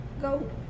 go